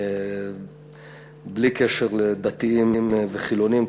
בלי קשר לדתיים וחילונים.